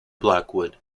blackwood